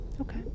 Okay